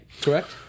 correct